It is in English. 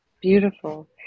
Beautiful